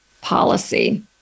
policy